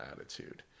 attitude